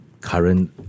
Current